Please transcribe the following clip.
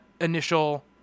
initial